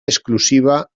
exclusiva